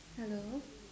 hello